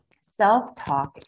Self-talk